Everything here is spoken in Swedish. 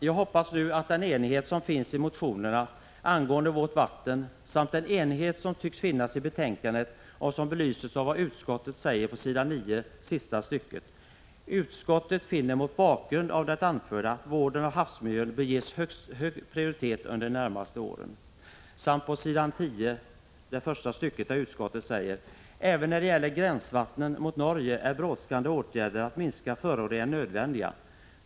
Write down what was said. Jag hoppas nu att den enighet skall bestå som finns i motionerna angående vårt vatten och som också tycks finnas i betänkandet; den belyses av vad utskottet säger på s. 9 sista stycket: ”Utskottet finner mot bakgrund av det anförda att vården av havsmiljön bör ges hög prioritet under de närmaste åren.” ”Även när det gäller gränsvattnen mot Norge är brådskande åtgärder att minska föroreningen nödvändiga.